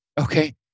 okay